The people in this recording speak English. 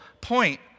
point